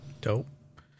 Dope